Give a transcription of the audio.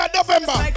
November